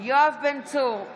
יואב בן צור,